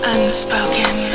Unspoken